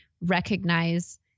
recognize